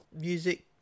music